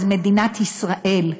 אז מדינת ישראל,